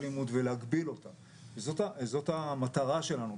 אלא --- הסמכות הזאת היא קיימת,